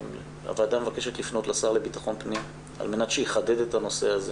והוועדה מבקש לפנות לשר לביטחון פנים על מנת שיחדד את הנושא הזה